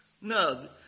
No